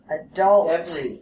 adult